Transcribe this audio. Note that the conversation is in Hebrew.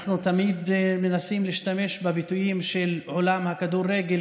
אנחנו תמיד מנסים להשתמש בביטויים של עולם הכדורגל,